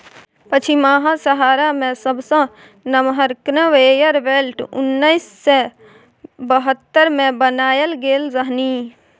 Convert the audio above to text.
पछिमाहा सहारा मे सबसँ नमहर कन्वेयर बेल्ट उन्नैस सय बहत्तर मे बनाएल गेल रहनि